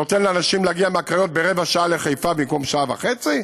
שנותן לאנשים להגיע מהקריות ברבע שעה לחיפה במקום שעה וחצי?